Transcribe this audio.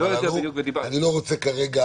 אני לא רוצה כרגע